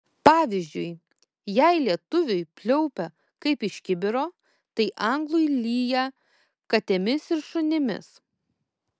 pavyzdžiui jei lietuviui pliaupia kaip iš kibiro tai anglui lyja katėmis ir šunimis